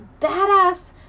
badass